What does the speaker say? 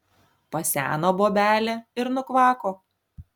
paseno bobelė ir nukvako